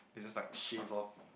they just like shave off